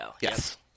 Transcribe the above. Yes